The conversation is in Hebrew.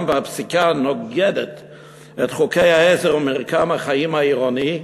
שהפסיקה נוגדת את חוקי העזר ומרקם החיים העירוני,